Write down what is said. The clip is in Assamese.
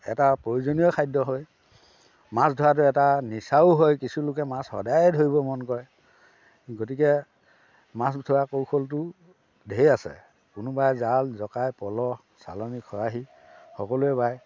এটা প্ৰয়োজনীয় খাদ্য হয় মাছ ধৰাটো এটা নিচাও হয় কিছু লোকে মাছ সদায় ধৰিব মন কৰে গতিকে মাছ ধৰা কৌশলটো ঢেৰ আছে কোনোবাই জাল জকাই পল চালনি খৰাহী সকলোৱে বায়